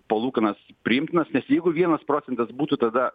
palūkanas priimtinas jeigu vienas procentas būtų tada